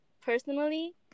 personally